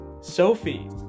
Sophie